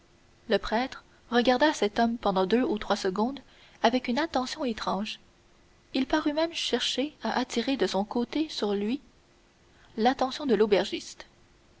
le prêtre regarda cet homme pendant deux ou trois secondes avec une attention étrange il parut même chercher à attirer de son côté sur lui l'attention de l'aubergiste